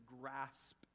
grasp